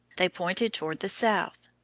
they pointed toward the south.